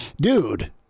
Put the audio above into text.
Dude